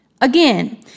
Again